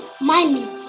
money